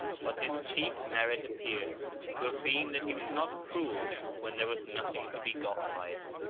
but his chief merit appears to have been that he was not cruel when there was nothing to be got by it.